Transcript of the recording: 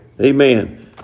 Amen